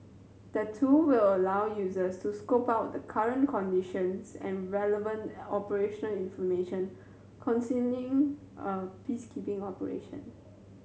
the tool will allow users to scope out the current conditions and relevant operation information concerning a peacekeeping operation